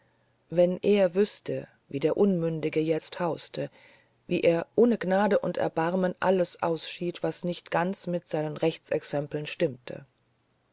wenn er wüßte wie der unmündige jetzt hauste wie er ohne gnade und erbarmen alles ausschied was nicht ganz mit seinen rechenexempeln stimmte